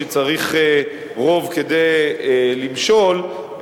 שצריך רוב כדי למשול,